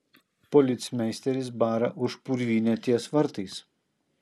policmeisteris bara už purvynę ties vartais